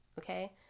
okay